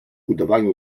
udawaniu